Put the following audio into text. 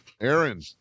Aaron